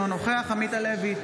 אינו נוכח עמית הלוי,